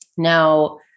Now